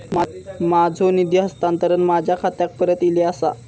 माझो निधी हस्तांतरण माझ्या खात्याक परत इले आसा